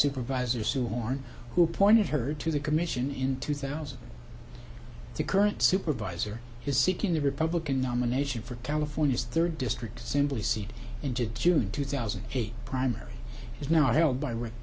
supervisor sue horn who pointed her to the commission in two thousand the current supervisor is seeking the republican nomination for california's third district simply seat into june two thousand and eight primary is now held by r